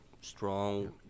strong